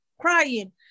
crying